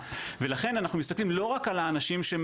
ולכן אנחנו מסתכלים לא רק על האנשים שהם,